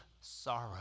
sorrow